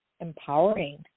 empowering